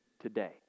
today